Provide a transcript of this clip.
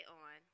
on